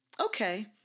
okay